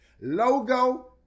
logo